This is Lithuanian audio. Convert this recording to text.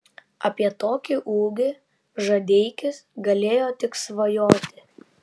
apie tokį ūgį žadeikis galėjo tik svajoti